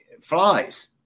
flies